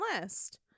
list